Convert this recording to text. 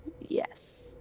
Yes